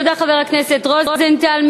תודה, חבר הכנסת רוזנטל.